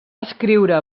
escriure